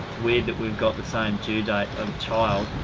weird that we've got the same due date of a child.